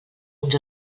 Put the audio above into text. uns